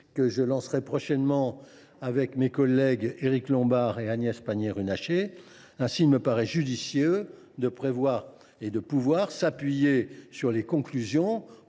que je lancerai prochainement avec mes collègues Éric Lombard et Agnès Pannier Runacher. Il me paraît judicieux de prévoir de s’appuyer sur ses conclusions